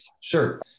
Sure